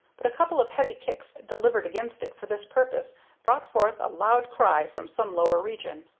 but a couple of heavy kicks delivered against it for this purpose brought forth a loud cry from some lower region.